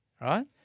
right